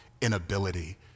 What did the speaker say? inability